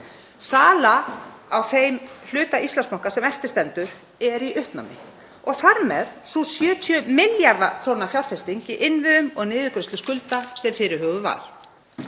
Sala á þeim hluta Íslandsbanka sem eftir stendur er í uppnámi og þar með sú 70 milljarða kr. fjárfesting í innviðum og niðurgreiðslu skulda sem fyrirhuguð var.